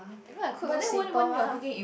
even I cook those simple one